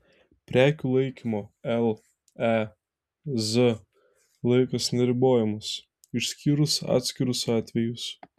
prekių laikymo lez laikas neribojamas išskyrus atskirus atvejus